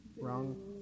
Wrong